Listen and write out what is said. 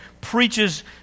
preaches